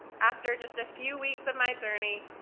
after just a few weeks of my journey,